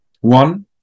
one